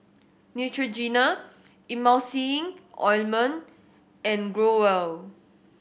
Neutrogena Emulsying Ointment and Growell